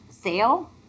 sale